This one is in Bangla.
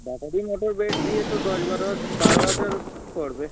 ব্যাটারির মোটর বেড দিয়ে তো দশ বারো বারো হাজার পড়বে